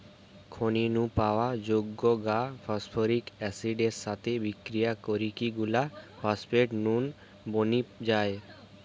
খনি নু পাওয়া যৌগ গা ফস্ফরিক অ্যাসিড এর সাথে বিক্রিয়া করিকি গুলা ফস্ফেট নুন বনি যায়